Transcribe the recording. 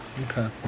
Okay